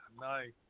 nice